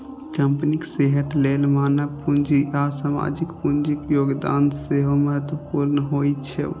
कंपनीक सेहत लेल मानव पूंजी आ सामाजिक पूंजीक योगदान सेहो महत्वपूर्ण होइ छै